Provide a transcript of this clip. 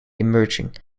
emerging